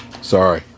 Sorry